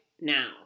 now